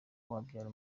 wabyara